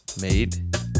made